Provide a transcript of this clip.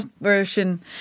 version